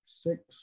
six